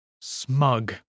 Smug